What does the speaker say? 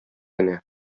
генә